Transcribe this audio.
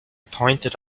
pointed